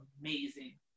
amazing